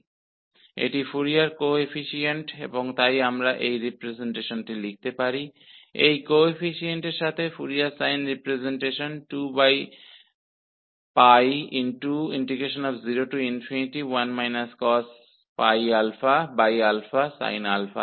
यह Fourier coefficient है और हम इस रिप्रजेंटेशन को यहाँ लिख सकते हैं इस कोफ्फीसिएंट के साथ फोरियर साइन रिप्रजेंटेशनको इस रूप 2 0 1 cos sin x d में लिख सकते है